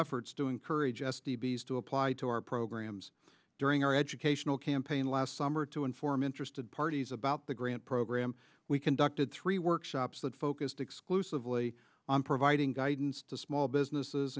efforts to encourage s t bees to apply to our programs during our educational campaign last summer to inform interested parties about the grant program we conducted three workshops that focused exclusively on providing guidance to small businesses